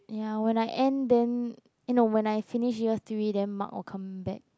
ya when I end then eh no when I finish year three then Mark will come back